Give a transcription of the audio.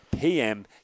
PM